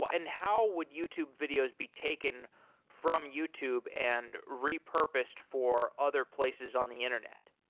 but and how would youtube videos be taken from youtube and repurposed for other places on the internet?